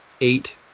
Eight